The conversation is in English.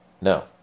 No